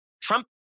Trump